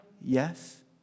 Yes